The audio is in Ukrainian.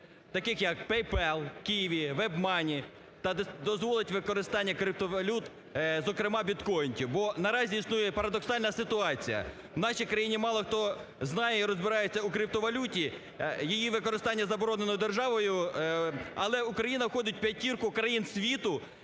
таких як PayPal, QiWi, WebMoney, та дозволить використання криптовалют, зокрема біткоїнів. Бо наразі існує парадоксальна ситуація, в нашій країні мало, хто знає і розбирається у криптовалюті, її використання заборонено державою, але Україна входить в п'ятірку країн світу